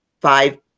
five